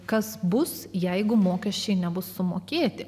kas bus jeigu mokesčiai nebus sumokėti